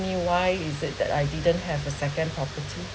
me why is it that I didn't have a second property